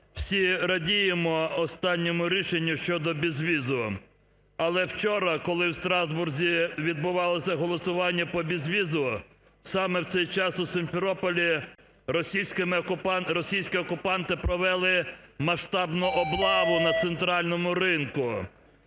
всі радіємо останньому рішенню щодо безвізу. Але вчора, коли в Страсбурзі відбувалося голосування по бізвізу, саме в цей час у Сімферополі російськими окупантами... російські окупанти провели масштабну облав на центральному ринку.